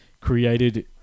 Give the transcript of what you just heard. created